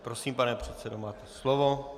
Prosím, pane předsedo, máte slovo.